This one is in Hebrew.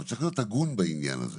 צריך להיות הגון בעניין הזה.